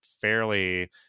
fairly